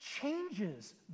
changes